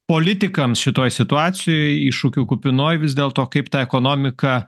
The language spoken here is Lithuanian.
politikams šitoj situacijoj iššūkių kupinoj vis dėlto kaip tą ekonomiką